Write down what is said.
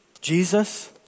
Jesus